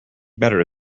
better